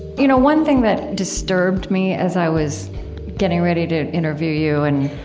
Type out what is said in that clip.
you know, one thing that disturbed me as i was getting ready to interview you and,